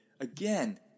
Again